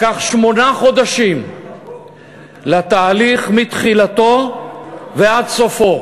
לקח שמונה חודשים לתהליך מתחילתו ועד סופו,